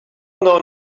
known